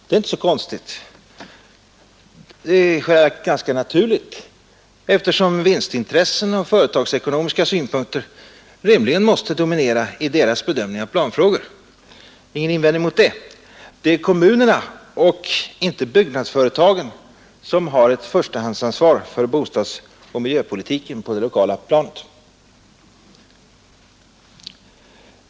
Det är inte så konstigt; det är i själva verket ganska naturligt, eftersom vinstintressen och företagsekonomiska synpunkter rimligen måste dominera i deras bedömning av planfrågor; ingen invändning mot det. Men det är kommunerna och inte byggnadsföretagen som har ett förstahandsansvar för bostadsoch miljöpolitiken på det lokala planet.